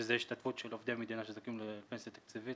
שזו השתתפות של עובדי מדינה שזכאים לפנסיה תקציבית